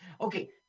Okay